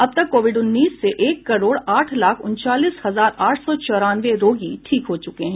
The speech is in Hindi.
अब तक कोविड उन्नीस से एक करोड आठ लाख उनचालीस हजार आठ सौ चौरानवे रोगी ठीक हो चूके हैं